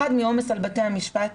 האחד, מעומס על בתי המשפט,